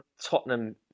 Tottenham